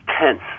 tense